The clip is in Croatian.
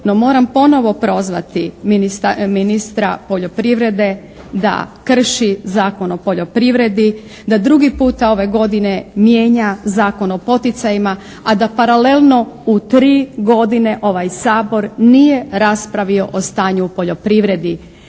moram ponovo prozvati ministra poljoprivrede da krši Zakon o poljoprivredi, da drugi puta ove godine mijenja Zakon o poticajima, a da paralelno u tri godine ovaj Sabor nije raspravio o stanju u poljoprivredi.